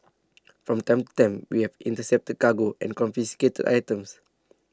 from time to time we have intercepted cargo and confiscated items